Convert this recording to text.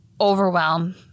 overwhelm